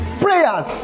Prayers